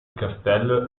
castello